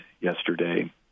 yesterday